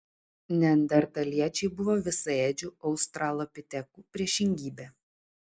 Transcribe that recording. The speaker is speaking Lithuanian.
neandertaliečiai buvo visaėdžių australopitekų priešingybė